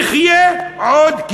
נחיה עוד,